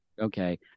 okay